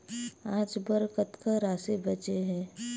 आज बर कतका राशि बचे हे?